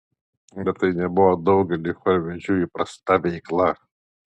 bet tai nebuvo daugeliui chorvedžių įprasta veikla